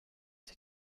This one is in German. sich